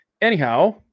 Anyhow